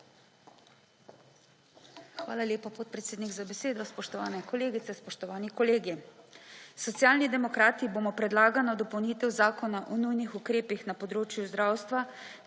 Hvala lepa, podpredsednik, za besedo. Spoštovane kolegice, spoštovani kolegi! Socialni demokrati bomo predlagano dopolnitev zakona o nujnih ukrepih na področju zdravstva,